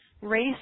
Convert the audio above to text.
race